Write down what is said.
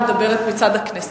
אני מדברת מצד הכנסת.